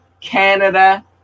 Canada